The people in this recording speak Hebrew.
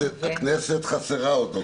הכנסת חסרה אותו.